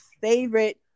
favorite